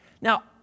Now